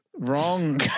Wrong